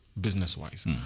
business-wise